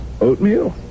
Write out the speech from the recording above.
Oatmeal